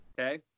Okay